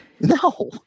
No